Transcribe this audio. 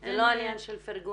אין- - זה לא עניין של פרגון,